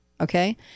Okay